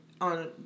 on